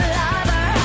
lover